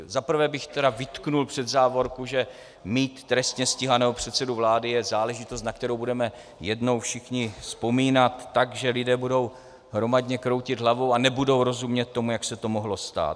Za prvé bych tedy vytkl před závorku, že mít trestně stíhaného předsedu vlády je záležitost, na kterou budeme jednou všichni vzpomínat tak, že lidé budou hromadně kroutit hlavou a nebudou rozumět tomu, jak se to mohlo stát.